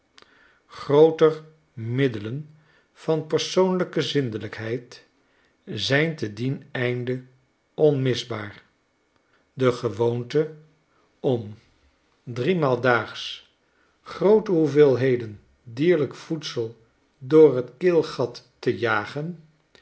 grooter middelen van persoonlijke zindelijkheid zijn te dien einde onmisbaar de gewoonte om driemaal daags groote hoeveelheden dierlijk voedsel door t keelgat te jagen